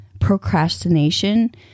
procrastination